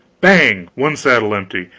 bang! one saddle empty.